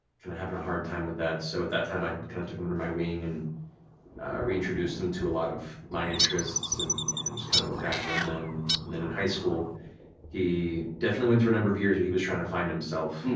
kind of having a hard time with that, so at that time i kind of took him under my wing and reintroduced him to a lot of my interests and and just kind of looked after him, and then in high school he definitely went through a number of years where he was just trying to find himself,